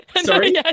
sorry